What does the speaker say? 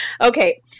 okay